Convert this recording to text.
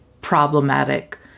problematic